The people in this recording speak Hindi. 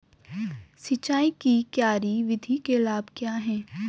सिंचाई की क्यारी विधि के लाभ क्या हैं?